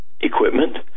equipment